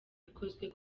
ikozwe